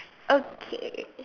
okay